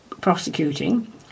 prosecuting